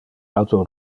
auto